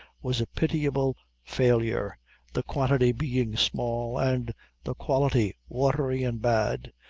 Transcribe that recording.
was a pitiable failure the quantity being small, and the quality watery and bad.